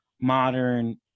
modern